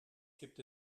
gibt